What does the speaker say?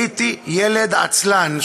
הייתי ילד עצלן,